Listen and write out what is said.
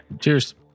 Cheers